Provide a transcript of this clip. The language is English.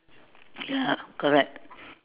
ya correct